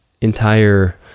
entire